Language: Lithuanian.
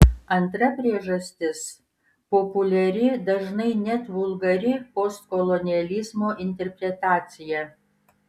antra priežastis populiari dažnai net vulgari postkolonializmo interpretacija